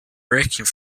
breaking